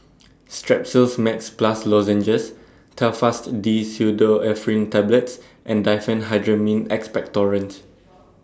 Strepsils Max Plus Lozenges Telfast D Pseudoephrine Tablets and Diphenhydramine Expectorant